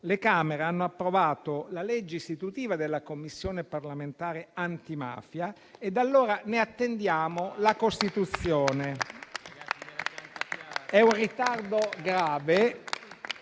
le Camere hanno approvato la legge istitutiva della Commissione parlamentare antimafia e da allora ne attendiamo la costituzione. È un ritardo grave,